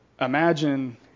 imagine